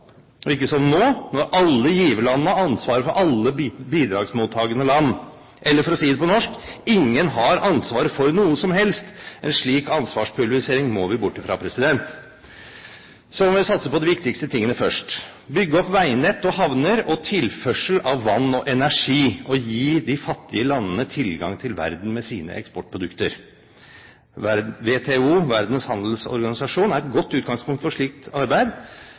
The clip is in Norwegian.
bort fra. Så må vi satse på de viktigste tingene først: bygge opp veinett og havner og tilførsel av vann og energi, og gi de fattige landene tilgang til verden med sine eksportprodukter. WTO, Verdens handelsorganisasjon, er et godt utgangspunkt for slikt arbeid,